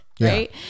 Right